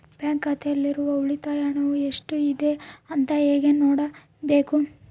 Bank ಖಾತೆಯಲ್ಲಿರುವ ಉಳಿತಾಯ ಹಣವು ಎಷ್ಟುಇದೆ ಅಂತ ಹೇಗೆ ನೋಡಬೇಕು?